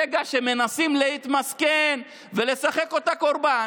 ברגע שמנסים להתמסכן ולשחק אותה קורבן,